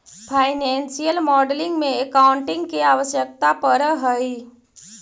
financial modelling में accounting के आवश्यकता पड़ऽ हई